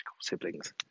siblings